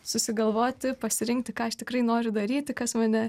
susigalvoti pasirinkti ką aš tikrai noriu daryti kas mane